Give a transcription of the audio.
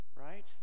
right